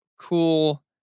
cool